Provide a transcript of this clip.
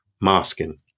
masking